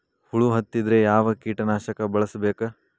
ಹುಳು ಹತ್ತಿದ್ರೆ ಯಾವ ಕೇಟನಾಶಕ ಬಳಸಬೇಕ?